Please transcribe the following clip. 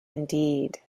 indeed